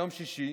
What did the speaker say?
יום שישי,